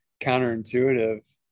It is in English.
counterintuitive